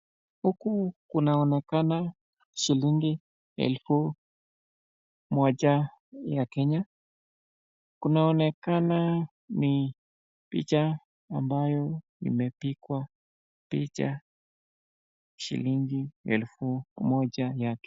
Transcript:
Huku kunaonekana shilingi elfu moja ya Kenya. Kunaonekana ni picha ambayo imepigwa picha shilingi elfu moja ya.